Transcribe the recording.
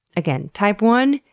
again, type one,